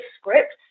script